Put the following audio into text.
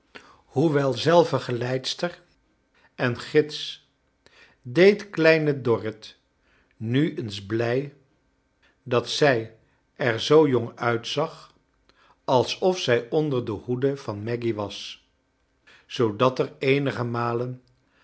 hoewei zelve geleidster en gids deed kleine dorrit nu eens blij dat zij er zoo jong uitzag alsof zij onder de hoede van maggy was zoodat er eenigo tnalen